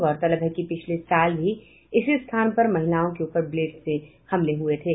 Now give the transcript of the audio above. गौरतलब है कि पिछले साल भी इसी स्थान पर महिलाओं के ऊपर ब्लेड से हमले हुए थे